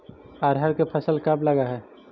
अरहर के फसल कब लग है?